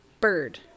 bird